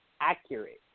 accurate